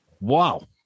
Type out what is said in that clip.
Wow